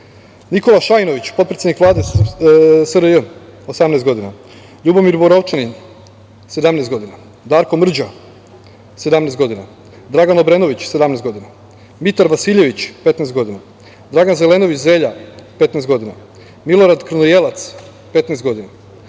Nikola Šajinović, potpredsednik Vlade SRJ – 18 godina, Ljubomir Borovčanin – 17 godina, Darko Mrđa – 17 godina, Dragan Obrenović – 17 godina, Mitar Vasiljević – 15 godina, Dragan Zelenović Zelja – 15 godina, Milorad Krlejelac – 15 godina,